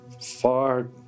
far